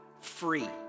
free